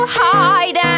hide